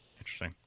interesting